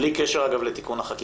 בלי קשר אגב לתיקון החקיקה.